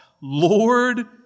Lord